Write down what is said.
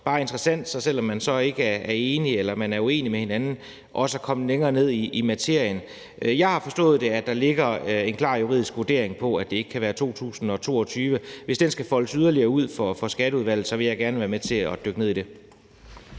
bare interessant, uanset om man er enige eller uenige, at komme længere ned i materien. Jeg har forstået, at der ligger en klar juridisk vurdering om, at det ikke kan være 2022. Hvis den skal foldes yderligere ud for Skatteudvalget, vil jeg gerne være med til at dykke ned i det.